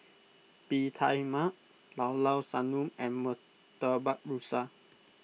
Bee Tai Mak Llao Llao Sanum and Murtabak Rusa